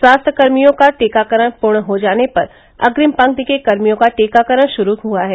स्वास्थ्यकर्मियों का टीकाकरण पूर्ण हो जाने पर अग्रिम पंक्ति के कर्मियों का टीकाकरण शुरू हुआ है